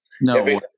No